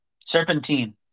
Serpentine